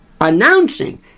announcing